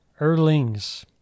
Erlings